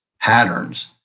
patterns